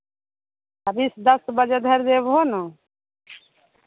अभी दस बजे धरि जयबहु ने